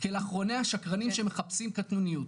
כאל אחרוני השקרנים שמחפשים קטנוניות.